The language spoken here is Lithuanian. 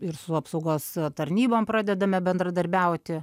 ir su apsaugos tarnybom pradedame bendradarbiauti